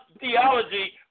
theology